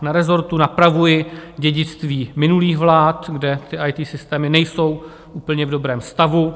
Na rezortu napravuji dědictví minulých vlád, kde IT systémy nejsou v úplně dobrém stavu.